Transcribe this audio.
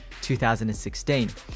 2016